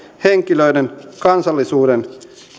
henkilöiden kansalaisuuden